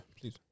please